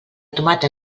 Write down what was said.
tomata